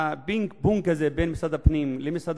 הפינג-פונג הזה בין משרד הפנים למשרד